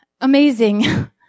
amazing